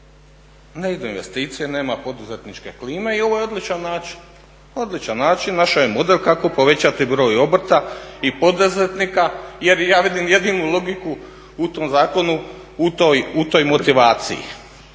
Ne idu investicije nema poduzetničke klime i ovo je odličan način. Našao je model kako povećati broj obrta i poduzetnika jer ja vidim jedinu logiku u toj zakonu u toj motivaciji.